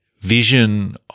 vision